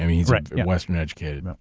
he's western educated.